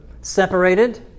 Separated